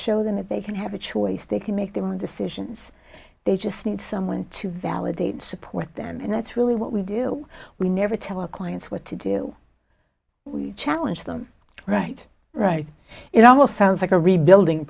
show them that they can have a choice they can make their own decisions they just need someone to validate support them and that's really what we do we never tell our clients what to do we challenge them right right it almost sounds like a rebuilding